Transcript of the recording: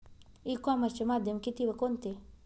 E कॉमर्सचे माध्यम किती व कोणते?